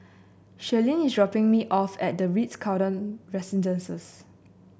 Sherlyn is dropping me off at the Ritz Carlton Residences